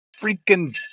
freaking